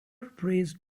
praised